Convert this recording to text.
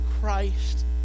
Christ